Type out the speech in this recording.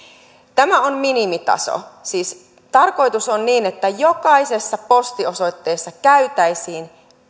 tämä on minimitaso siis tarkoitus on niin että jokaisessa postiosoitteessa käytäisiin